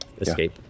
escape